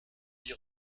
d’y